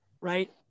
right